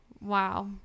Wow